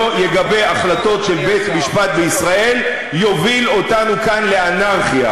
מי שלא יגבה החלטות של בית-משפט בישראל יוביל אותנו כאן לאנרכיה,